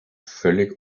völlig